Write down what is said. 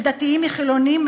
של דתיים משל חילונים,